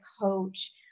coach